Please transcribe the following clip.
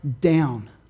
down